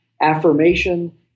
affirmation